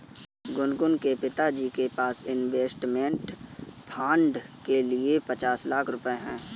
गुनगुन के पिताजी के पास इंवेस्टमेंट फ़ंड के लिए पचास लाख रुपए है